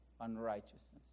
unrighteousness